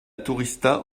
tourista